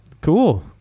cool